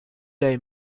they